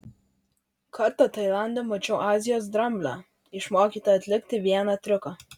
kartą tailande mačiau azijos dramblę išmokytą atlikti vieną triuką